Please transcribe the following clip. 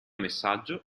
messaggio